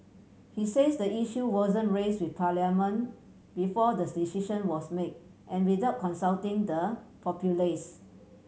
he says the issue wasn't raise with Parliament before the decision was made and without consulting the populace